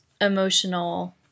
emotional